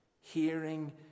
Hearing